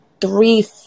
three